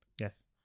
Yes